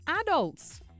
adults